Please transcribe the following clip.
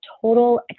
total